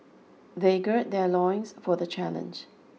they gird their loins for the challenge